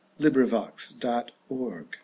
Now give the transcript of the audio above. librivox.org